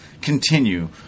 continue